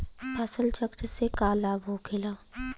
फसल चक्र से का लाभ होखेला?